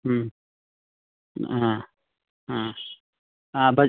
ಹ್ಞೂ ಹಾಂ ಹಾಂ ಹಾಂ ಭಜಿ